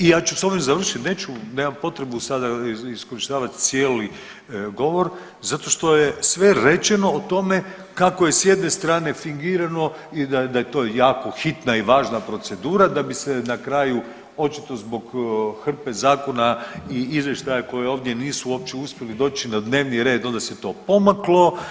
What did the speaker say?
I ja ću sa ovime završiti, neću, nemam potrebu sada iskorištavati cijeli govor zato što je sve rečeno o tome kako je s jedne strane fingirano i da je to jako hitna i važna procedura da bi se na kraju očito zbog hrpe zakona i izvještaja koji ovdje nisu uopće uspjeli doći na dnevni red onda se to pomaklo.